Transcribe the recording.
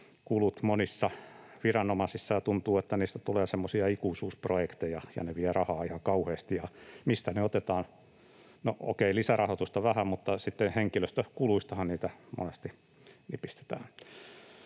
ict-kulut monissa viranomaisissa, ja tuntuu, että niistä tulee semmoisia ikuisuusprojekteja ja ne vievät rahaa ihan kauheasti. Ja mistä ne otetaan? No, okei, lisärahoitusta vähän, mutta sitten henkilöstökuluistahan niitä monesti nipistetään.